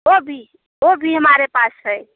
वह भी वह भी हमारे पास है